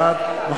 רגב, איפה הם?